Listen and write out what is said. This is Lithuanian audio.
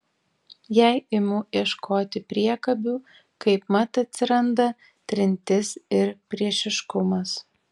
jei imu ieškoti priekabių kaipmat atsiranda trintis ir priešiškumas